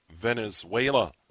Venezuela